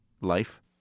life